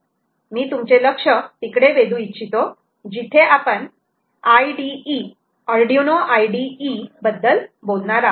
मी तुमचे लक्ष तिकडे वेधू इच्छितो जिथे आपण आर्डिन IDE बद्दल बोलणार आहोत